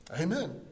Amen